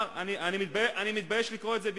אני מתבייש לקרוא את זה בעברית,